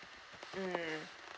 mm